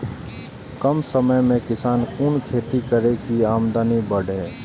कम समय में किसान कुन खैती करै की आमदनी बढ़े?